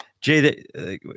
Jay